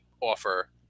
offer